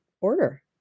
order